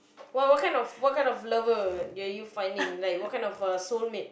what what kind what kind of lover that you finding like what kind of soulmate